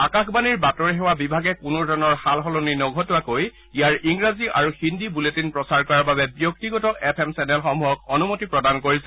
আকাশবাণীৰ বাতৰি সেৱা বিভাগে কোনো ধৰণৰ সাল সলনি নঘটোৱাকৈ ইয়াৰ ইংৰাজী আৰু হিন্দী বুলেটিন প্ৰচাৰ কৰাৰ বাবে ব্যক্তিগত এফ এম চেনেলসমূহক অনুমতি প্ৰদান কৰিছে